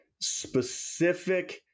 specific